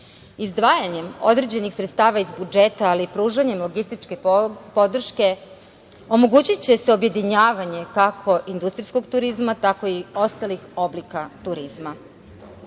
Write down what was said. metara. Izdvajanjem određenih sredstava iz budžeta, ali i pružanjem logističke podrške omogućiće se objedinjavanje kako industrijskog turizma tako i ostalih oblika turizma.